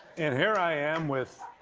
and here i am with,